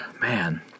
Man